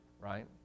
right